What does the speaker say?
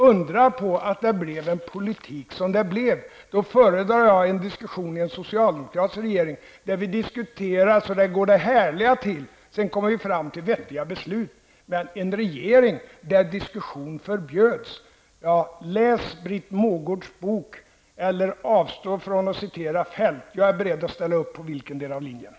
Undra på att det blev den politik det blev. Då föredrar jag en diskussion i en socialdemokratisk regering. Där diskuterar vi så det går härliga till. Sedan kommer vi fram till vettiga beslut. Men en regering där diskussion förbjöds --? Läs Britt Mogårds bok eller avstå från att citera Feldt. Jag är beredd att ställa upp på vilket som.